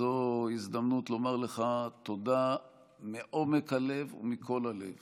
זו הזדמנות לומר לך תודה מעומק הלב ומכל הלב